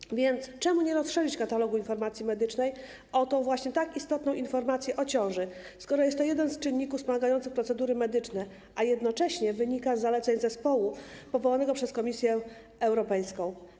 Czemu więc nie rozszerzyć katalogu informacji medycznej o tę tak istotną informację o ciąży, skoro jest to jeden z czynników wspomagających procedury medyczne, a jednocześnie wynika to z zaleceń zespołu powołanego przez Komisję Europejską?